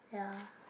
ya